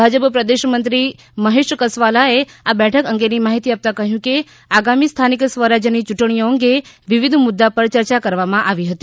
ભાજપ પ્રદેશ મંત્રી મહેશ કસવાલાએ આ બેઠક અંગેની માહિતી આપતાં કહ્યું કે આગામી સ્થાનિક સ્વરાજ્યની યૂંટણીઓ અંગે વિવિધ મુદ્દા પર ચર્ચા કરવામાં આવી હતી